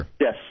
Yes